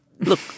look